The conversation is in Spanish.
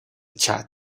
chad